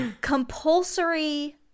compulsory